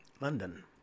London